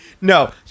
No